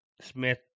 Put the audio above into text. Smith